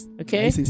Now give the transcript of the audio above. okay